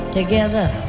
together